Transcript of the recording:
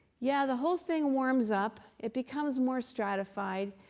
yeah, the whole thing warms up. it becomes more stratified.